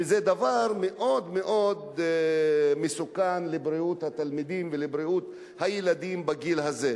וזה דבר מאוד מאוד מסוכן לבריאות התלמידים ולבריאות הילדים בגיל הזה.